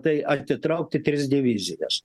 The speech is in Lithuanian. tai atitraukti tris divizijas